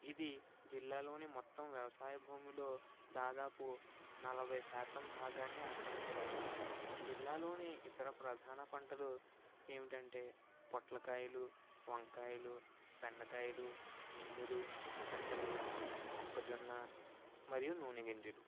ఇది జిల్లాలోని మొత్తం వ్యవసాయ భూమిలో దాదాపు నలభై శాతం భాగాన్ని ఆక్రమిస్తుంది జిల్లాలోని ఇతర ప్రధాన పంటలు ఏమిటంటే పొట్లకాయలు వంకాయలు బెండకాయలు మినుములు పెసలు మొక్కజొన్న మరియు నూనె గింజలు